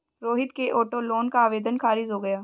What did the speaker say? रोहित के auto loan का आवेदन खारिज हो गया